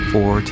Four